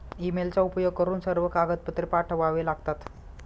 ईमेलचा उपयोग करून सर्व कागदपत्रे पाठवावे लागतात